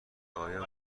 آیا